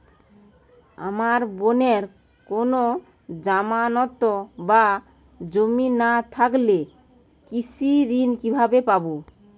আমার বোনের কোন জামানত বা জমি না থাকলে কৃষি ঋণ কিভাবে পাবে?